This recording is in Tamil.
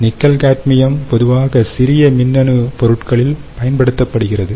நிக்கல் காட்மியம் பொதுவாக சிறிய மின்னணு பொருட்களில் பயன்படுத்தப்படுகிறது